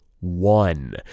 One